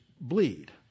bleed